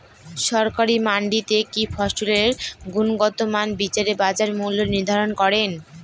সরকারি মান্ডিতে কি ফসলের গুনগতমান বিচারে বাজার মূল্য নির্ধারণ করেন?